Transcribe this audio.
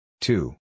Two